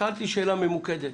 שאלתי שאלה ממוקדת.